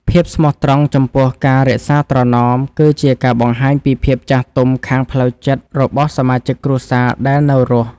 ភាពស្មោះត្រង់ចំពោះការរក្សាត្រណម គឺជាការបង្ហាញពីភាពចាស់ទុំខាងផ្លូវចិត្តរបស់សមាជិកគ្រួសារដែលនៅរស់។